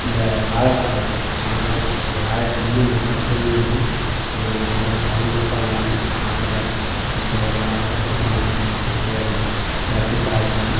இந்த வாழை க நடுறோம் ஒரு வாழைக் கன்று நட்டால் பிடிங்கியாந்து ஐயோ யாருன்னால் ஒரு பழம் கொடுப்பாங்களான்னு ஆசையாக இருக்குது அதேபோல் ஒரு வாழைக் காய் கொடுப்பாங்களா ஆசையாக இருக்குது பெரட்டி சாப்புட்ணும்